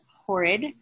Horrid